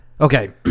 Okay